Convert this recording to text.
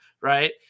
right